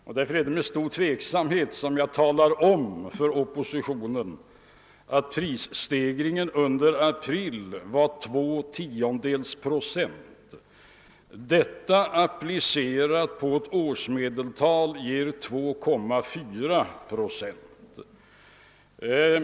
Därför är det med stor tveksamhet, som jag talar om för oppositionen, att prisstegringen under april var 0,2 procent. Detta applicerat på ett år skulle ge 2,4 procent.